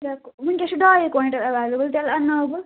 وٕنکٮ۪س چھُ ڈاے کۄینٛٹل ایولیبل تیٚلہِ انناو بہٕ